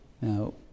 now